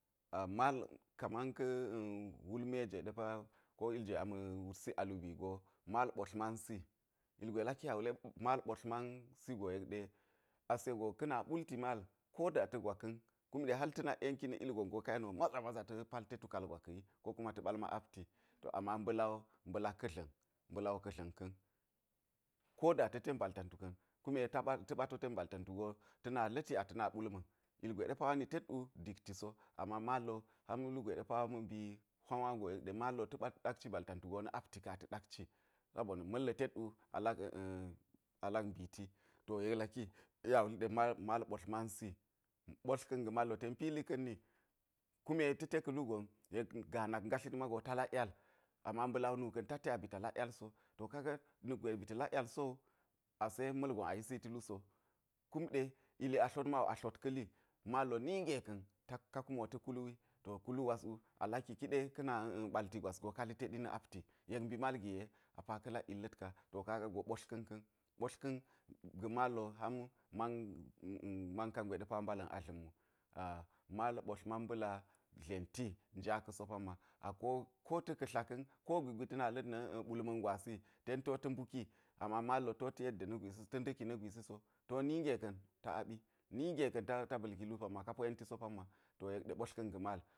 mal kamanka̱ wul me jwe ɗe pa ko iljwe a ma̱ wutsi a lubii go, mal ɓotl mansi ilgwe laki yek a wule mal ɓotl mansi go yek ɗe, ase go ka̱ na ɓulti mal ko da ta̱ gwa ka̱n kum ɗe hal ta̱ nak yenki na̱ ilgon go ka yeni wo maza maza ta̱ palte tukaal gwa ka̱ wi ko kuma ta̱ bal ma apti to ama mba̱la mba̱la wo mba̱la ka̱dla̱n mba̱la wo ka̱dla̱n ka̱n, ko da ta̱ ten bal tantu ka̱n, kume taɓa ta̱ ba̱ to ten bal tantu go ta̱ na la̱ti a ta̱ na ɓulma̱n ilgwe ɗe pa wo ni tet wu dik ti so, ama mal wo ham lugwe ɗe pa wo ma̱ mbi hwa wa go yek ɗe mal wo ta̱ ɓa ɗakci bal tantu go na̱ apti ka̱n a ta̱ ɗakci, sabona̱ ma̱lla̱ tet wu a lak a̱a̱ a lak mbiti to yek laki yek a wuli ɗe mal mal ɓotl mansi ɓotlka̱n ga̱ mal wo ten pili ka̱n ni, kume ta̱ te ka̱ lu gon yek gaa nak gatlit mago ta lak yal ama mba̱la wo nu ka̱n ta te a ba̱ ta lak yal so, to kaga na̱kwge ba̱ ta̱ lak yal sowu ase ma̱lgona yisiti lu so. kum ɗe ili a tlot ma wu a tlot a tlot ka̱ li, mal wo nige ka̱n ka kumo ta̱ kul wi to kulu gwas wu a laki ki ɗe ka̱ na ɓalti gwas wu ka lite na̱ apti yek mbi mal ge ye a pa ka̱ lak yilla̱t ka to kaga go ɓotlka̱n ka̱n, ɓotlka̱n ga̱ mal wo ham man man kangwe ɗe pa mbala̱na dla̱m wu mal ɓotl man mba̱la dlenti nja ka̱ so pamma, a kota̱ tla ka̱n ko gwik gwi ta̱ la̱t a̱a̱ ɓulma̱n gwasi ten ti wo ta̱ mbuki ama mal wo ta̱ yedde ta̱ da̱ki na̱ gwisi so ti wo nige ka̱n ta aɓi nige ka̱n ta ba̱lki lu pamma ka po yenti so pamma yek ɗe ɓotlka̱n ga̱ mal.